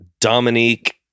Dominique